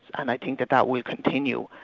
and i think that that will continue,